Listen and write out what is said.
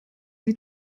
sie